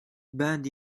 bend